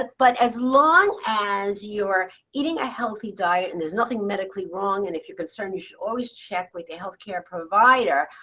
but but as long as you're eating a healthy diet and there's nothing medically wrong and if you're concerned, you should always check with a health care provider